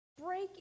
Break